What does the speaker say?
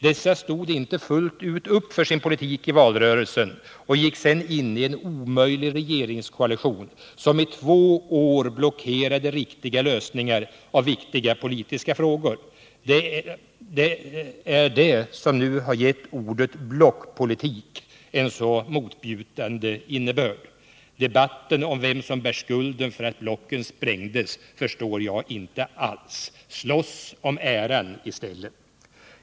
Dessa stod inte fullt ut upp för sin politik i valrörelsen och gick sedan in i en omöjlig regeringskoalition, som i två år blockerade riktiga lösningar av viktiga politiska frågor. Det är det som nu har gett ordet blockpolitik en så motbjudande innebörd. Debatten om vem som bär skulden för att blocken sprängdes förstår jag inte alls. Slåss om äran i stället!